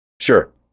Sure